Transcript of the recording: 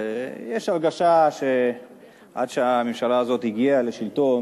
ויש הרגשה שעד שהממשלה הזאת הגיעה לשלטון